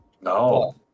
No